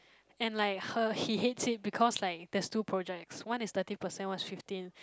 and like her he hates it because like there's two projects one is thirty percent one is fifteen